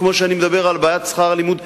כמו שאני מדבר על בעיית שכר הלימוד,